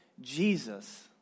Jesus